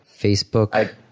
Facebook